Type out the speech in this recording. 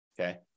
Okay